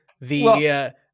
the-